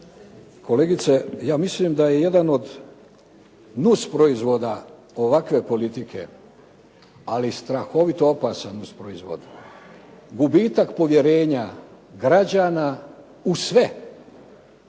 Kolegice ja mislim da je jedan od nus proizvoda ovakve politike ali strahovito opasan nus proizvod gubitak povjerenja građana u sve. To je